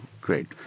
great